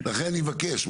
לכן אני מבקש,